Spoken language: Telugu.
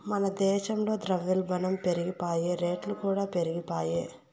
మన దేశంల ద్రవ్యోల్బనం పెరిగిపాయె, రేట్లుకూడా పెరిగిపాయె